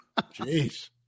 Jeez